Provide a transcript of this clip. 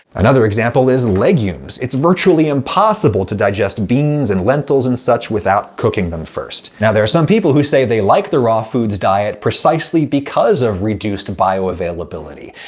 another example is legumes. it's virtually impossible to digest beans and lentils and such without cooking them first. now, there are some people who say they like the raw food diet precisely because of reduced bioavailability.